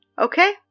Okay